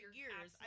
years